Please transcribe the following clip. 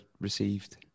received